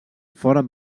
foren